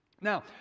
now